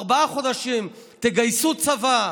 ארבעה חודשים, תגייסו צבא,